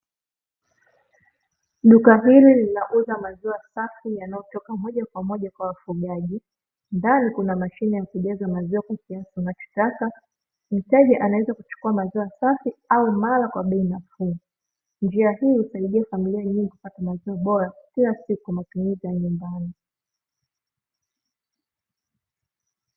Duka hili linauza maziwa safi yanayotoka moja kwa moja kwa wafugaji ndani kuna mashine ya kujaza maziwa kwa kiasi unachotaka, mteja anaweza kuchukua maziwa safi au mara kwa bei nafuu, njia hii husaidia familia nyingi kupata maziwa bora kila siku kwa matumizi ya nyumbani.